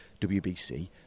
WBC